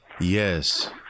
Yes